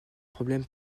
problèmes